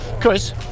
Chris